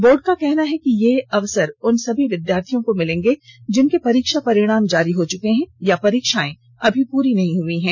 board का कहना है कि ये अवसर उन सभी विद्यार्थियों को मिलेगा जिनके परीक्षा परिणाम जारी हो चुके हैं या परीक्षाएं अभी पूरी नहीं हुई है